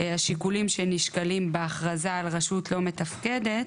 השיקולים שנשקלים בהכרזה על רשות לא מתפקדת,